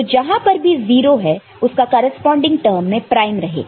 तो जहां पर भी 0 है उसका करेस्पॉन्डिंग टर्म में प्राइम रहेगा